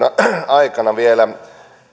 aikana